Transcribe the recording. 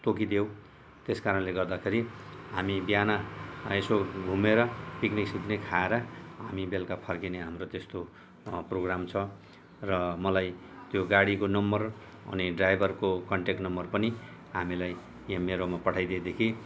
तोकिदेऊ त्यस कारणले गर्दाखेरि हामी बिहान यसो घुमेर पिकनिक सिकनिक खाएर हामी बेलुका फर्किने हाम्रो त्यस्तो प्रोग्राम छ र मलाई त्यो गाडीको नम्बर अनि ड्राइभरको कन्टेक्ट नम्बर पनि हामीलाई यहाँ मेरोमा पठाइ दिएदेखि